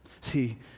See